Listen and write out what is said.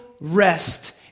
rest